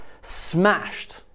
smashed